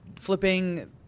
flipping